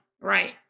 Right